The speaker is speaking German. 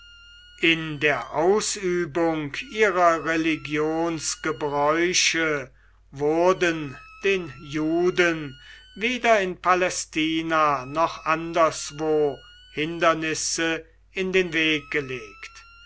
in der ausübung ihrer religionsgebräuche wurden den juden weder in palästina noch anderswo hindernisse in den weg gelegt